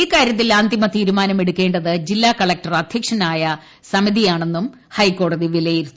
ഇക്കാരൃത്തിൽ അന്തിമ തീരുമാനമെടുക്കേണ്ടത് ജില്ലാ കളക്ടർ അദ്ധ്യക്ഷനായ സമ്പിതിയാണ്ണെന്നും ഹൈക്കോടതി വിലയിരുത്തി